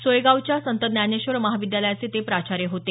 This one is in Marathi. सोयगावच्या संत ज्ञानेश्वर महाविद्यालयाचे ते प्राचार्य होते